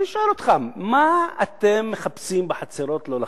אני שואל אותך: מה אתם מחפשים בחצרות לא לכם?